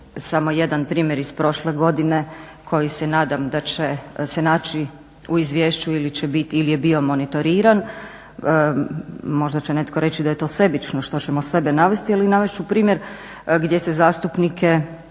samo jedan primjer iz prošle godine koji se nadam da će se naći u izvješću ili je bio monitoriran. Možda će netko reći da je to sebično što ćemo sebe navesti, ali navest ću primjer gdje se zastupnike